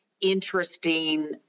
interesting